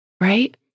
Right